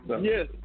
Yes